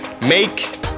make